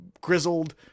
grizzled